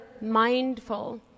mindful